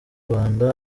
rwanda